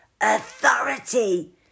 Authority